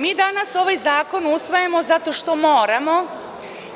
Mi danas ovaj zakon usvajamo zato što moramo